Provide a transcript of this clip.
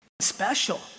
special